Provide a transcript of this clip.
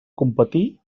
competir